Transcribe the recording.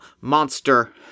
monster